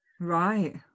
right